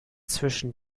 zwischen